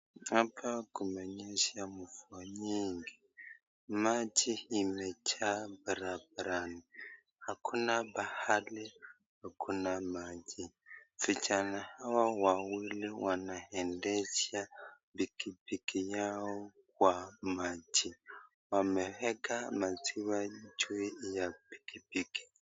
Hapa kunanyesha mvua nyingi, maji imejaa barabarani, hakuna pahali hakuna maji vijana hawa wawili wanaendesha pikipiki yao kwa maji wameweka maziwa juu ya pikipiki.